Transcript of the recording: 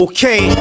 Okay